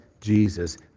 Jesus